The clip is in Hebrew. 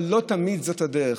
אבל לא תמיד זאת הדרך.